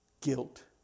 guilt